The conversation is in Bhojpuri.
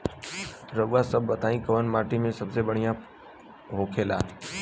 रउआ सभ बताई कवने माटी में फसले सबसे बढ़ियां होखेला?